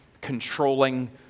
controlling